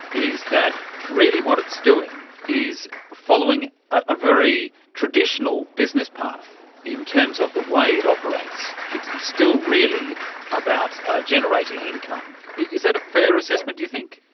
is that really what it's doing is following a very traditional business path in terms of the way it operates. it's it's still really about generating income. is that a fair assessment, do you think?